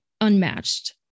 unmatched